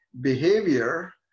behavior